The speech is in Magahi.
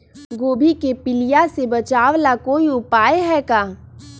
गोभी के पीलिया से बचाव ला कोई उपाय है का?